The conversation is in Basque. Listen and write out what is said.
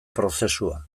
prozesua